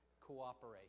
cooperate